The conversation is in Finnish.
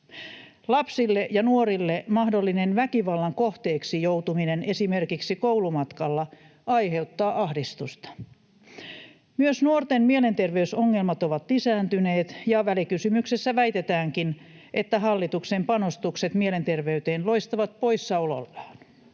Lapsille ja nuorille mahdollinen väkivallan kohteeksi joutuminen esimerkiksi koulumatkalla aiheuttaa ahdistusta. Myös nuorten mielenterveysongelmat ovat lisääntyneet, ja välikysymyksessä väitetäänkin, että hallituksen panostukset mielenterveyteen loistavat poissaolollaan